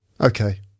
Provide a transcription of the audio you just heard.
Okay